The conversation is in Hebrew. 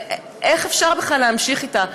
איך אפשר בכלל להמשיך איתה,